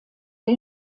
der